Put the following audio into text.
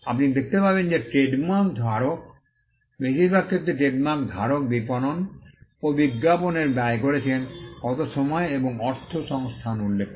আপনি দেখতে পাবেন যে ট্রেডমার্ক ধারক বেশিরভাগ ক্ষেত্রে ট্রেডমার্ক ধারক বিপণন ও বিজ্ঞাপনে ব্যয় করেছেন কত সময় এবং অর্থ সংস্থান উল্লেখ করে